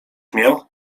mię